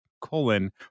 colon